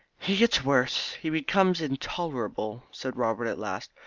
he gets worse he becomes intolerable, said robert at last.